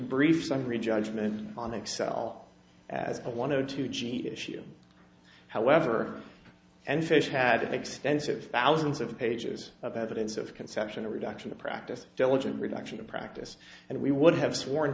brief summary judgment on excel as a one zero two g issue however and fish had an extensive thousands of pages of evidence of conception a reduction of practice diligent reduction of practice and we would have sworn